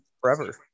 Forever